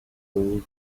hold